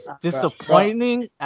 disappointing